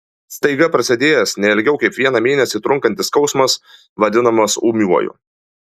staiga prasidėjęs ne ilgiau kaip vieną mėnesį trunkantis skausmas vadinamas ūmiuoju